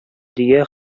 дөя